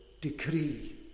decree